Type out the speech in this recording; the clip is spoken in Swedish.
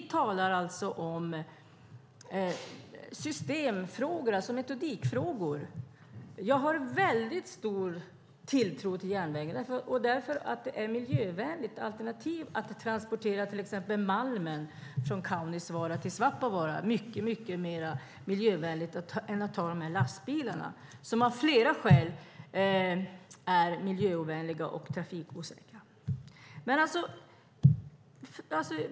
Vi talar alltså om systemfrågor, metodikfrågor. Jag har väldigt stor tilltro till järnvägen, därför att det är ett miljövänligt alternativ när det gäller att transportera till exempel malmen från Kaunisvaara till Svappavaara. Det är mycket mer miljövänligt än att ta den med lastbilar, som av flera skäl är miljöovänliga och trafikosäkra.